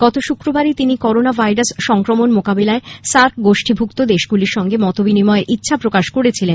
গত শুক্রবারই তিনি করোনা ভাইরাস সংক্রমণ মোকাবিলায় সার্ক গোষ্ঠীভুক্ত দেশগুলির সঙ্গে মত বিনিময়ের ইচ্ছা প্রকাশ করেছিলেন